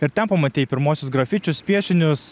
ir ten pamatei pirmuosius grafičius piešinius